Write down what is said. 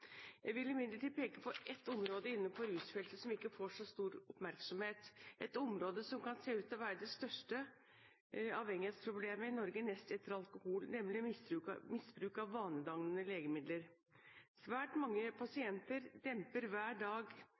Jeg vil imidlertid peke på et område innenfor rusfeltet som ikke får så stor oppmerksomhet, et område som kan se ut til å være det største avhengighetsproblemet i Norge nest etter alkohol, nemlig misbruk av vanedannende legemidler. Svært mange pasienter demper hver dag